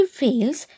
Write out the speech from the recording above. fails